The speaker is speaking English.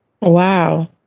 Wow